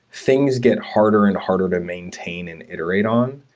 things get harder and harder to maintain and iterate on.